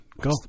go